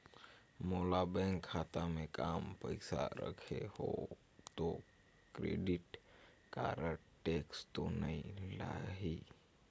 मोर bank खाता मे काम पइसा रखे हो तो क्रेडिट कारड टेक्स तो नइ लाही???